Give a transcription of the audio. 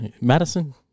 Madison